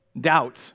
doubt